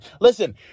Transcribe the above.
Listen